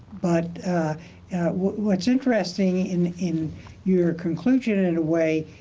but what's interesting in in your conclusion, in a way,